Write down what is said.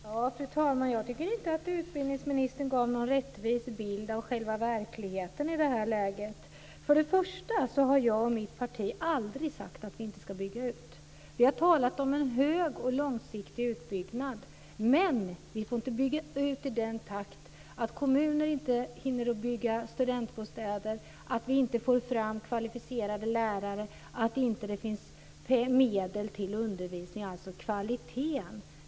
Fru talman! Jag tycker inte att utbildningsministern gav någon rättvis bild av verkligheten i det här läget. Först och främst har jag och mitt parti aldrig sagt att vi inte ska bygga ut. Vi har talat om en långsiktig utbyggnad, men vi får inte bygga ut i en sådan takt att kommuner inte hinner bygga studentbostäder, att vi inte får fram kvalificerade lärare och att det inte finns medel till undervisning. Det handlar alltså om kvalitet.